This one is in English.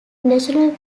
national